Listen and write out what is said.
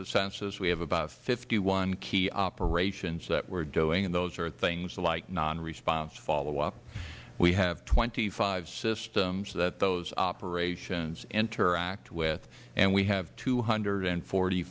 the census we have about fifty one key operations that we are doing and those are things like nonresponse followup we have twenty five systems that those operations interact with and we have two hundred and forty